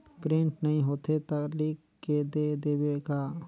Print नइ होथे ता लिख के दे देबे का?